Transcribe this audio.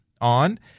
on